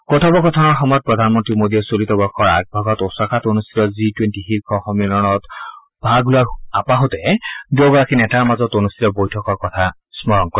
কথোকথনৰ সময়ত প্ৰধানমন্ত্ৰী মোদীয়ে চলিত বৰ্ষৰ আগভাগত অ'চাকাত অনুষ্ঠিত জি টুৱেণ্টি শীৰ্ষ সম্মিলনত ভাগ লোৱাৰ আপাহতে দুয়োগৰাকী নেতাৰ মাজত অনুষ্ঠিত বৈঠকৰ কথা স্মৰণ কৰে